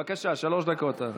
בבקשה, שלוש דקות.